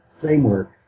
framework